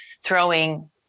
throwing